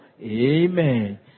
Amen